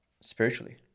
spiritually